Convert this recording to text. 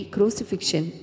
Crucifixion